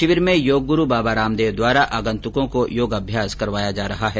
शिवर में योग गुरू बाबा रामदेव द्वारा आगन्तुकों को योग अभ्यास करवाया जा रहा है